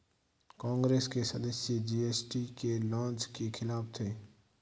कांग्रेस के सदस्य जी.एस.टी के लॉन्च के खिलाफ थे